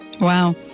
Wow